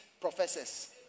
professors